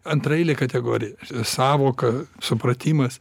antraeilė kategorija sąvoka supratimas